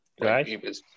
Right